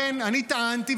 לכן טענתי,